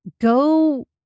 go